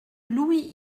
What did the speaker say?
louis